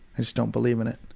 i just don't believe in it.